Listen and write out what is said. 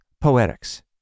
Poetics